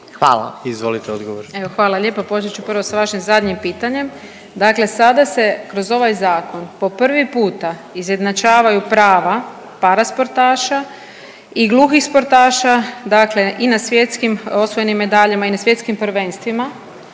(HDZ)** Izvolite odgovor.